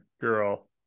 girl